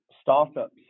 startups